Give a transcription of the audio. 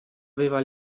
aveva